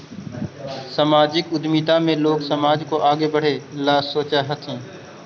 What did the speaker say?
सामाजिक उद्यमिता में लोग समाज को आगे बढ़े ला सोचा हथीन